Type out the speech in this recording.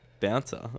Bouncer